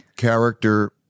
Character